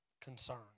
concern